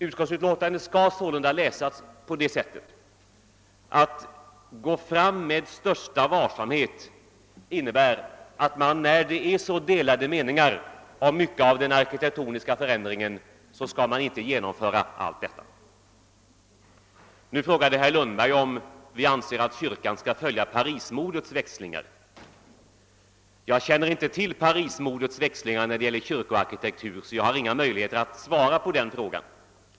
Utskottsutlåtandet skall sålunda läsas på det sättet att »gå fram med största varsamhet» innebär att utskottet anser att man, när det råder så delade meningar om mycket av de föreslagna arkitektoniska förändringarna, inte skall genomföra dem. Herr Lundberg frågade om vi anser att kyrkan skall följa Parismodets växlingar. Jag känner inte till Parismodets växlingar när det gäller kyrkoarkitektur och har alltså inga möjligheter att svara på den frågan.